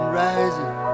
rising